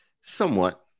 Somewhat